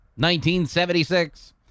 1976